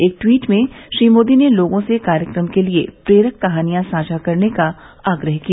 एक ट्वीट में श्री मोदी ने लोगों से कार्यक्रम के लिए प्रेरक कहानियां साझा करने का आग्रह किया